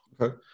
Okay